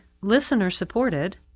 listener-supported